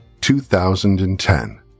2010